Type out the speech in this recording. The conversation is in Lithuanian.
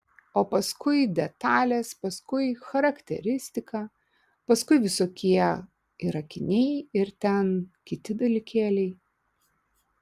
o paskui detalės paskui charakteristika paskui visokie ir akiniai ir ten kiti dalykėliai